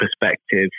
perspective